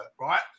right